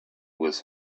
was